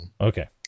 okay